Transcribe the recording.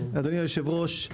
אדוני היושב ראש,